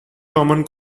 common